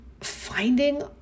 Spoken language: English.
finding